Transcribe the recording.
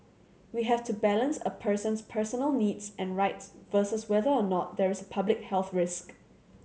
we have to balance a person's personal needs and rights versus whether or not there is a public health risk